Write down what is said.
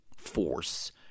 force